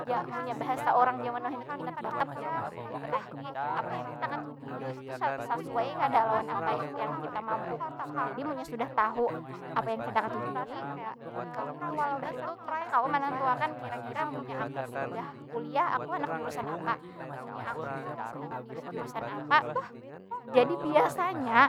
Ya, munnya bahasa urang wahini tu minat bakat jar urang, kaytu nah. Jadi apa yang kita katujui itu sasuai kada lawan apa yang kita mampu? Jadi munnya sudah tahu apa yang kita katujui, jadi imbah itu kita kawa manantuakan. Kira- kira munnya aku sudah kuliah, aku handak jurusan apa? Munnya aku misalnya mamilih jurusan apa? Jadi biasanya